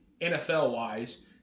NFL-wise